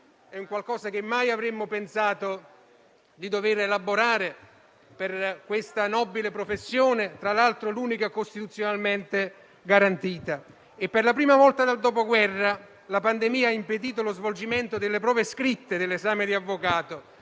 qualcosa che mai avremmo pensato di dover elaborare per questa nobile professione, tra l'altro l'unica costituzionalmente garantita. Per la prima volta dal Dopoguerra, la pandemia ha impedito lo svolgimento delle prove scritte dell'esame di avvocato,